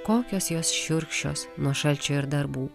kokios jos šiurkščios nuo šalčio ir darbų